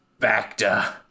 bacta